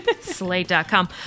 Slate.com